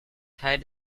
teil